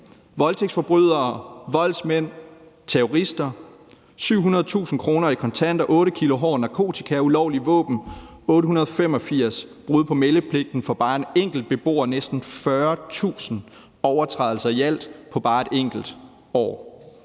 voldtægtsforbrydere, voldsmænd, terrorister, 700.000 kr. i kontanter, 8 kg hård narkotika, ulovlige våben, 885 brud på meldepligten for bare en enkelt beboer – næsten 40.000 overtrædelser i alt på bare et enkelt år.